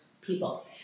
people